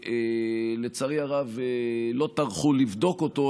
ולצערי הרב לא טרחו לבדוק אותו,